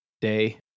day